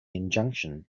injunction